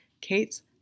Kate's